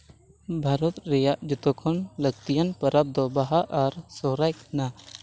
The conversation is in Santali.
ᱵᱟᱨᱚᱛ ᱨᱮᱭᱟᱜ ᱡᱚᱛᱚ ᱠᱷᱚᱱ ᱞᱟᱹᱠᱛᱤᱭᱟᱱ ᱯᱚᱨᱚᱵᱽ ᱫᱚ ᱵᱟᱦᱟ ᱟᱨ ᱥᱚᱦᱚᱨᱟᱭ ᱠᱟᱱᱟ